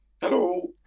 Hello